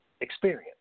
experience